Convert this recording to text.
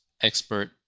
expert